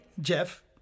Jeff